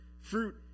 fruit